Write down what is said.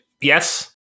Yes